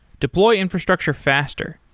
deploy infrastructure faster.